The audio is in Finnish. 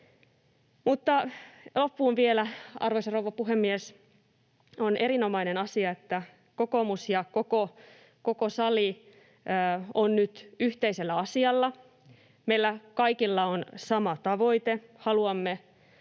Mutta loppuun vielä, arvoisa rouva puhemies: On erinomainen asia, että kokoomus ja koko sali ovat nyt yhteisellä asialla. Meillä kaikilla on sama tavoite: haluamme